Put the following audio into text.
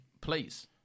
please